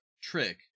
trick